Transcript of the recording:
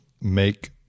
make